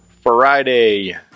friday